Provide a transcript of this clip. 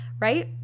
right